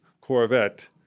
Corvette